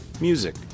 music